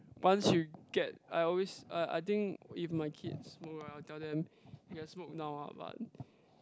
once you get I always I I think if my kids smoke right I will tell them you can smoke now ah but